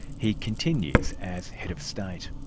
he continues as head of state.